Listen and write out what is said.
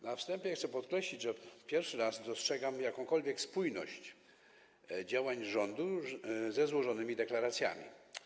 Na wstępie chcę podkreślić, że pierwszy raz dostrzegam jakąkolwiek spójność działań rządu ze złożonymi deklaracjami.